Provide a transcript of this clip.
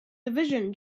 division